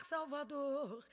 Salvador